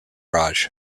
raj